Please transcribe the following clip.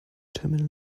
terminal